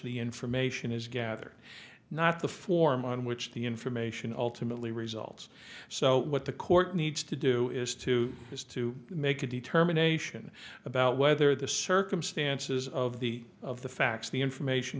the information is gathered not the form on which the information ultimately results so what the court needs to do is to is to make a determination about whether the circumstances of the of the facts the information